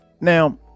Now